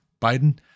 Biden